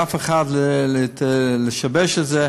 לאף אחד לשבש את זה.